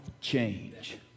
change